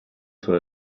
soll